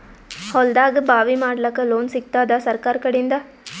ಹೊಲದಾಗಬಾವಿ ಮಾಡಲಾಕ ಲೋನ್ ಸಿಗತ್ತಾದ ಸರ್ಕಾರಕಡಿಂದ?